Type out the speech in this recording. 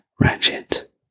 ratchet